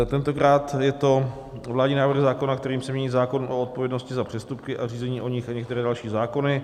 Tentokrát je to vládní návrh zákona, kterým se mění zákon o odpovědnosti za přestupky a řízení o nich a některé další zákony.